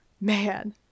Man